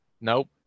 Nope